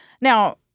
Now